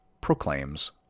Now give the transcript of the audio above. proclaims